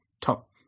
top